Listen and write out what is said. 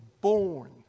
born